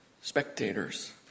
spectators